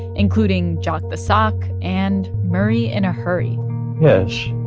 including jock the sock and murray in a hurry yes.